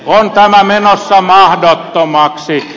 on tämä menossa mahdottomaksi